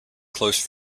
close